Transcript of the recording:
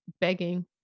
begging